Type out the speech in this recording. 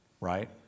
Right